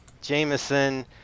Jameson